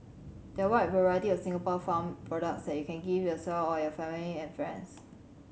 there are a wide variety of Singapore farm products that you can gift yourself or your family and friends